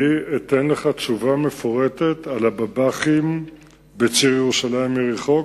אני אתן לך תשובה מפורטת על הבב"חים בציר ירושלים-יריחו,